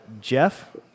Jeff